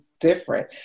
different